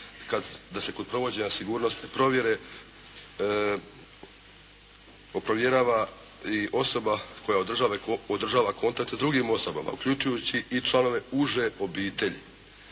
da se kod provođenja sigurnosne provjere provjerava i osoba koja održava kontakte s drugim osobama uključujući i članove uže obitelji,